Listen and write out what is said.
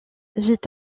vit